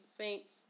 Saints